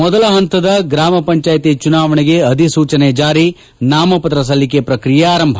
ಮೊದಲ ಪಂತದ ಗಾಮ ಪಂಚಾಯಿತಿ ಚುನಾವಣೆಗೆ ಅಧಿಸೂಚನೆ ಚಾರಿ ನಾಮಪತ್ರ ಸಲ್ಲಿಕೆ ಪ್ರಕ್ರಿಯೆ ಆರಂಭ